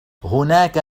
هناك